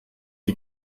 die